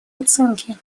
оценки